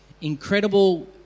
incredible